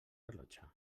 rellotge